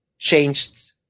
changed